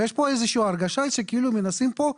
ויש פה איזושהי הרגשה שכאילו מנסים פה,